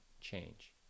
change